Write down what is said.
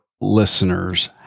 listeners